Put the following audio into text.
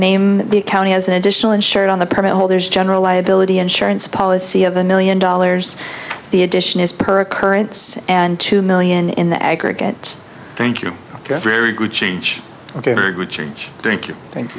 name the county has an additional insured on the permit holders general liability insurance policy of a million dollars the addition is per currents and two million in the aggregate thank you very good change ok good change th